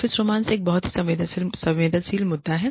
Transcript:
office romance एक बहुत ही संवेदनशील मुद्दा है